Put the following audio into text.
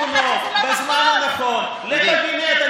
הביאו כתיקונו בזמן הנכון לקבינט.